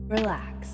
Relax